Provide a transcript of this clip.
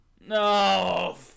No